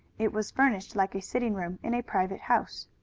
it was furnished like a sitting-room in a private house.